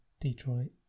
Detroit